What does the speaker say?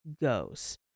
goes